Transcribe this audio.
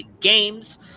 games